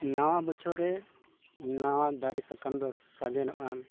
ᱱᱟᱣᱟ ᱵᱚᱪᱷᱚᱨ ᱨᱮ ᱱᱟᱣᱟ ᱫᱟᱨᱮ ᱥᱟᱠᱟᱢ ᱫᱚ ᱥᱟᱜᱮᱱᱚᱜᱼᱟ